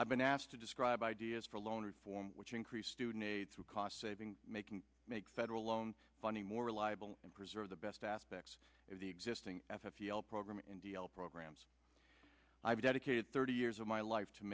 i've been asked to describe ideas for loan reform which increase student aid through cost saving making federal loan funding more reliable and preserve the best aspects of the existing program and d l programs i've dedicated thirty years of my life to